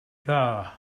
dda